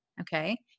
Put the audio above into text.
Okay